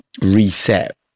reset